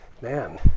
Man